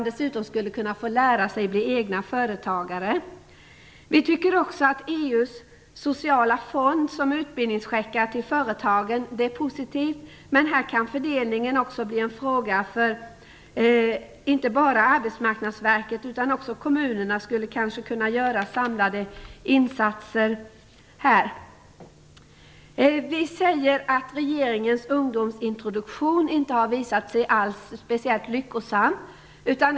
Dessutom skulle de få lära sig att bli egna företagare. Vi tycker också att det är positivt med EU:s sociala fond och utbildningscheckar till företagen. Här kan fördelningen bli en fråga inte bara för arbetsmarknadsverket. Också kommunerna skulle kanske kunna göra samlade insatser. Vi säger att regeringens ungdomsintroduktion inte alls har visat sig vara speciellt lyckosam.